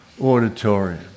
auditorium